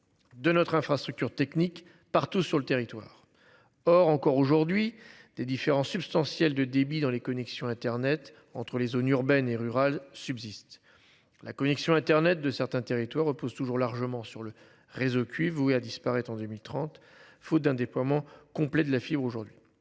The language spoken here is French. De notre infrastructure technique partout sur le territoire. Or encore aujourd'hui des différences substantielles de débit dans les connexions internet entre les zones urbaines et rurales subsiste la connexion Internet de certains territoires repose toujours largement sur le réseau cuivre voué à disparaître en 2030 faute d'un déploiement complet de la fibre aujourd'hui.